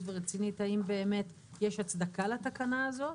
ורצינית האם באמת יש הצדקה לתקנה הזאת.